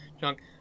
junk